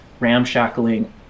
ramshackling